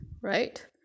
right